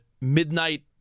midnight